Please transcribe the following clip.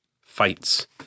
fights